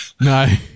no